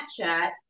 Snapchat